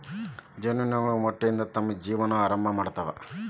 ಜೇನು ನೊಣಗಳು ಮೊಟ್ಟೆಯಿಂದ ತಮ್ಮ ಜೇವನಾ ಆರಂಭಾ ಮಾಡ್ತಾವ